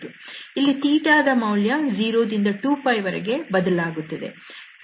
ಇಲ್ಲಿ ದ ಮೌಲ್ಯ 0 ದಿಂದ 2π ವರೆಗೆ ಬದಲಾಗುತ್ತದೆ